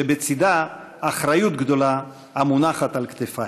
שבצדה אחריות גדולה המונחת על כתפי.